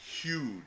huge